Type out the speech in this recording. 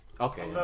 Okay